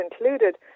included